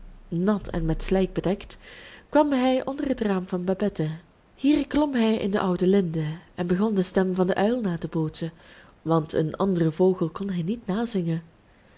nat en met slijk bedekt kwam hij onder het raam van babette hier klom hij in de oude linde en begon de stem van den uil na te bootsen want een anderen vogel kon hij niet nazingen